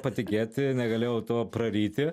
patikėti negalėjau to praryti